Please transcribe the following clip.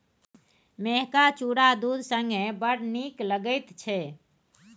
मेहका चुरा दूध संगे बड़ नीक लगैत छै